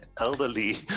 elderly